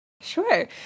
sure